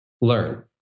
learn